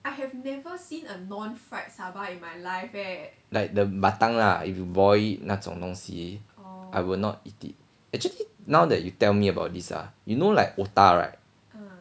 like the batang lah if you boil it 那种东西 I will not eat it actually now that you tell me about this ah you know like otah right